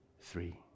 three